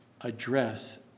address